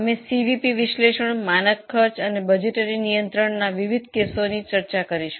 અમે સીવીપી વિશ્લેષણ પ્રમાણ પડતર પદ્ધતિ અને બજેટરી નિયંત્રણના વિવિધ કેસોની ચર્ચા કરીશું